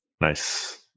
Nice